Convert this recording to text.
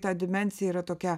ta dimensija yra tokia